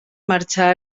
marxà